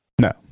No